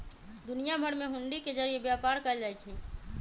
दुनिया भर में हुंडी के जरिये व्यापार कएल जाई छई